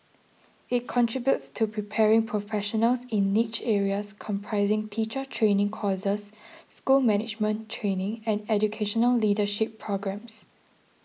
it contributes to preparing professionals in niche areas comprising teacher training courses school management training and educational leadership programmes